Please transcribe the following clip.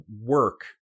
work